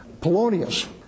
Polonius